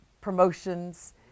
promotions